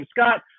Scott